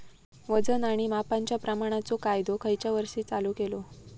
वजन आणि मापांच्या प्रमाणाचो कायदो खयच्या वर्षी चालू केलो?